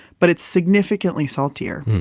but it's significantly saltier.